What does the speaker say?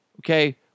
okay